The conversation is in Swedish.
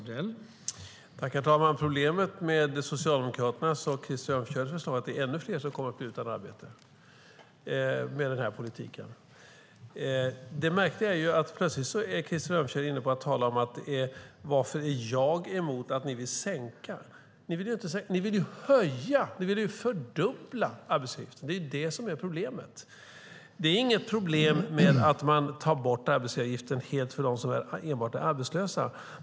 Herr talman! Problemet med Socialdemokraternas och Krister Örnfjäders förslag är att det är ännu fler som kommer att bli utan arbete med den politiken. Det märkliga är att Krister Örnfjäder plötsligt är inne på att tala om varför jag är emot att ni vill sänka. Ni vill ju höja och fördubbla arbetsgivaravgiften. Det är problemet. Det är inget problem med att man tar bort arbetsgivaravgiften helt enbart för dem som är arbetslösa.